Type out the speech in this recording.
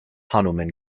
hanuman